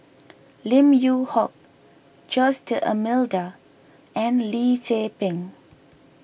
Lim Yew Hock Jose D'Almeida and Lim Tze Peng